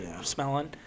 smelling